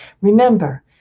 Remember